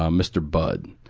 um mr. bud.